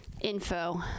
info